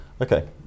Okay